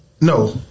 no